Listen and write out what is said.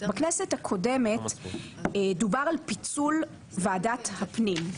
בכנסת הקודמת דובר על פיצול ועדת הפנים.